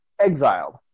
exiled